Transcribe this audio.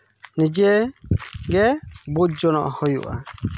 ᱱᱤᱡᱮᱜᱮ ᱵᱩᱡᱽ ᱡᱚᱱᱚᱜ ᱦᱩᱭᱩᱜᱼᱟ